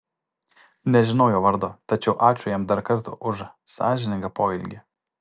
nežinau jo vardo tačiau ačiū jam dar kartą už sąžiningą poelgį